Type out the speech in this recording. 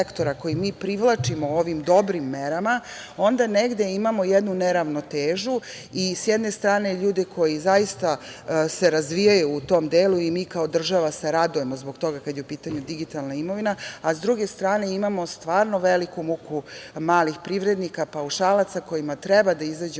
koji mi privlačimo ovim dobrim merama, onda negde imamo jednu neravnotežu i s jedne strane, ljude koji se zaista razvijaju u tom delu i mi kao država se radujemo zbog toga, kada je u pitanju digitalna imovina, a s druge strane, imamo stvarno veliku muku malih privrednika, paušalaca, kojima treba da izađemo